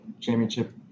championship